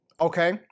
Okay